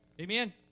Amen